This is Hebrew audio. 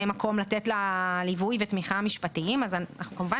מקום לתת לה ליווי ותמיכה משפטיים אז אנחנו כמובן